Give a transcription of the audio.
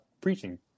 preaching